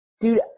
Dude